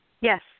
Yes